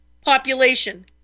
population